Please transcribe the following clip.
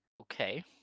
Okay